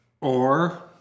Or